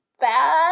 bad